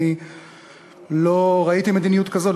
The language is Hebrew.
אני לא ראיתי מדיניות כזאת,